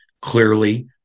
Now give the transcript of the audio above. Clearly